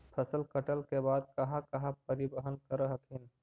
फसल कटल के बाद कहा कहा परिबहन कर हखिन?